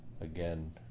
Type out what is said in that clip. again